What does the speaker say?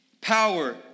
power